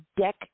deck